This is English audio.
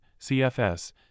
CFS